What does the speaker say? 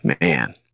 Man